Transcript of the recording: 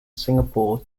singapore